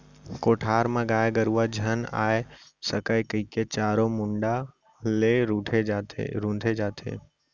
कोठार म गाय गरूवा झन आ सकय कइके चारों मुड़ा ले रूंथे जाथे